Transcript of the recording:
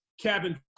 cabin